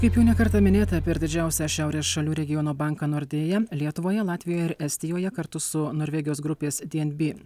kaip jau ne kartą minėta per didžiausią šiaurės šalių regiono banką nordea lietuvoje latvijoje ir estijoje kartu su norvegijos grupės di en bi